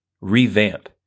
revamp